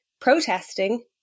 protesting